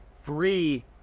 free